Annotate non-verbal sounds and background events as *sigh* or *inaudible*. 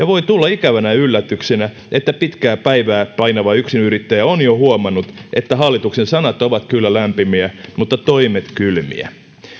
*unintelligible* voi tulla ikävänä yllätyksenä että pitkää päivää painava yksinyrittäjä on jo huomannut että hallituksen sanat ovat kyllä lämpimiä mutta toimet kylmiä